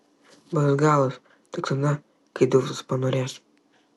bus galas tik tada kai dzeusas panorės